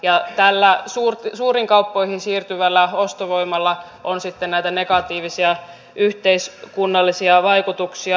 ja tällä suuriin kauppoihin siirtyvällä ostovoimalla on sitten näitä negatiivisia yhteiskunnallisia vaikutuksia